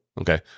Okay